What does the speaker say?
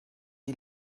die